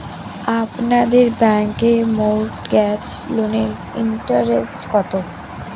আপনাদের ব্যাংকে মর্টগেজ লোনের ইন্টারেস্ট কত?